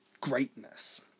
greatness